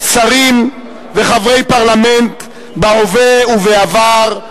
שרים וחברי פרלמנט בהווה ובעבר,